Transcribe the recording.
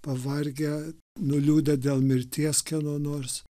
pavargę nuliūdę dėl mirties kieno nors